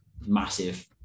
massive